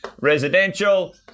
residential